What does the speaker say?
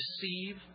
deceive